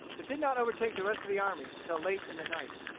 but did not overtake the rest of the army until late in the night.